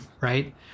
right